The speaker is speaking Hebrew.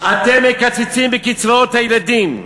אתם מקצצים בקצבאות הילדים,